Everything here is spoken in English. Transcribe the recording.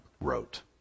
wrote